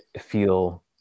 feel